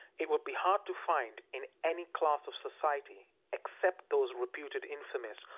it would be hard to find, in any class of society except those reputed infamous,